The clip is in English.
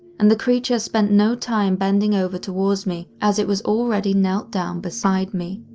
and the creature spent no time bending over towards me, as it was already knelt down beside me.